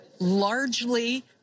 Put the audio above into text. largely